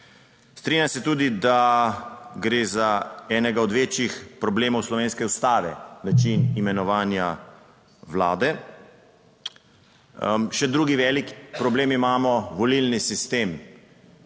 Strinjam se tudi, da gre za enega od večjih problemov slovenske Ustave, način imenovanja vlade. Še drugi velik problem imamo volilni sistem,